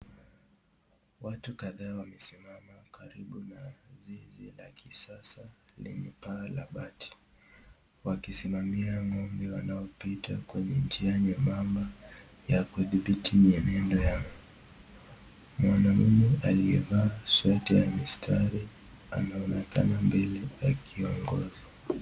Watu kadhaa wamesimama karibu na zizi la kisasa, lenye paa la bati, wakisimamia ng'ombe wanao pita kwenye njia nyebamba, ya kudhibiti mienendo yao , mwanaume aliye vaa shati ya mistari anaonekana mbele akongoza.